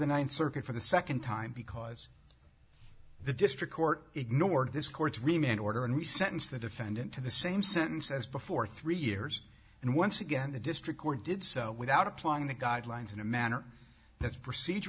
the ninth circuit for the second time because the district court ignored this court's remain in order and we sentence the defendant to the same sentence as before three years and once again the district court did so without applying the guidelines in a manner that's